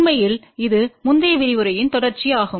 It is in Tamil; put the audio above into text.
உண்மையில் இது முந்தைய விரிவுரையின் தொடர்ச்சியாகும்